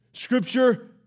Scripture